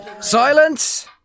Silence